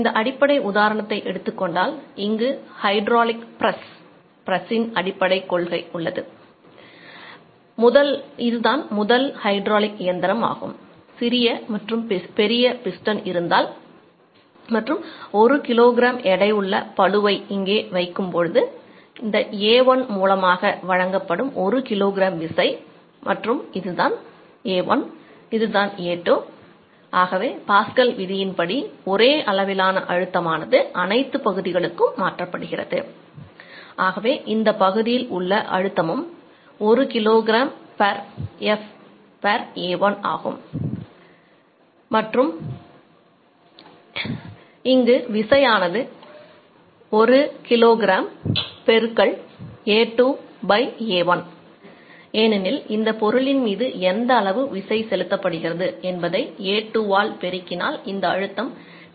இந்த அடிப்படை உதாரணத்தை எடுத்துக் கொண்டால் இங்கு ஹைட்ராலிக் பிரஸ் ன் செலுத்தப்படுகிறது என்பதை A2 ஆல் பெருக்கினால் இந்த அழுத்தம் கிடைக்கிறது